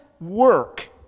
work